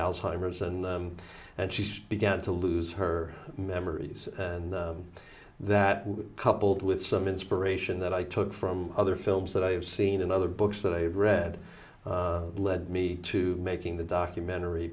alzheimer's and and she began to lose her memories and that coupled with some inspiration that i took from other films that i've seen in other books that i've read led me to making the documentary